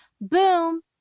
Boom